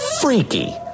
freaky